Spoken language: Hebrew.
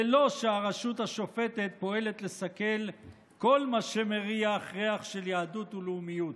ללא שהרשות השופטת פועלת לסכל כל מה שמריח ריח של יהדות ולאומיות.